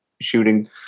shooting